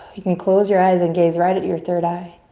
you can close your eyes and gaze right at your third eye.